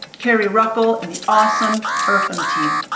carrie ruckel, and the awesome irfm team.